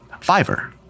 Fiverr